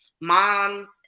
moms